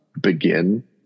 begin